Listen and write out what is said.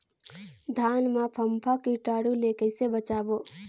धान मां फम्फा कीटाणु ले कइसे बचाबो?